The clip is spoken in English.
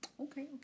Okay